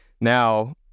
now